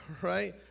right